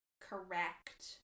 correct